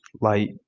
light